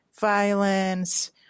violence